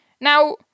Now